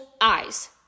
eyes